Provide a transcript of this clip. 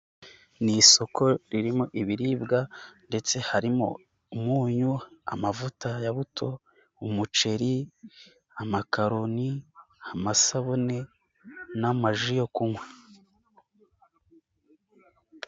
Ni isoko ririmo ibiribwa ndetse harimo umunyu, amavuta ya buto, umuceri, amakaroni, amasabune n'amaji yo kunywa.